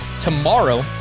tomorrow